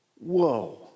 Whoa